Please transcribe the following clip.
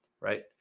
Right